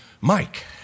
Mike